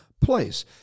place